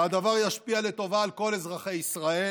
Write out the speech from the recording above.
והדבר ישפיע לטובה על כל אזרחי ישראל,